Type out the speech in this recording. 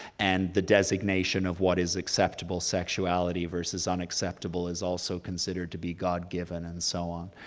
and the designation of what is acceptable sexuality versus unacceptable is also considered to be god given and so on,